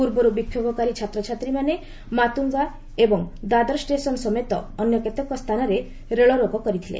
ପୂର୍ବରୁ ବିକ୍ଷୋଭକାରୀ ଛାତ୍ରଛାତ୍ରୀମାନେ ମାତୁଙ୍ଗା ଏବଂ ଦାଦର ଷ୍ଟେସନ୍ ସମେତ ଅନ୍ୟ କେତେକ ସ୍ଥାନରେ ରେଳରୋକୋ କରିଥିଲେ